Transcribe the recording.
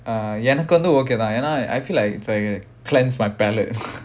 ah எனக்கு வந்து:enakku vandhu I feel like it's like a cleanse my palate